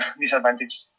disadvantage